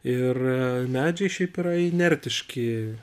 ir medžiai šiaip yra inertiški